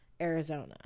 Arizona